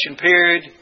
period